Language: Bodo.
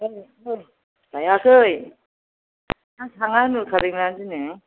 औ औ लायाखै आं थाङा होनहर खादों ना दिनै